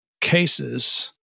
cases